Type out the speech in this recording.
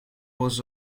was